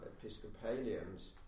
Episcopalians